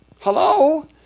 Hello